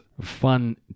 fun